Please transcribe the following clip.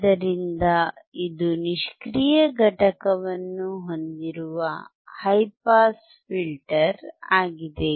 ಆದ್ದರಿಂದ ಇದು ನಿಷ್ಕ್ರಿಯ ಘಟಕವನ್ನು ಹೊಂದಿರುವ ಹೈ ಪಾಸ್ ಫಿಲ್ಟರ್ ಆಗಿದೆ